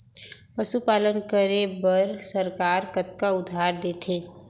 पशुपालन करे बर सरकार कतना उधार देथे?